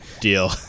Deal